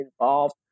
involved